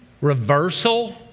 reversal